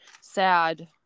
sad